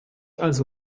also